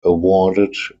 awarded